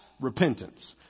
repentance